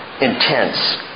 intense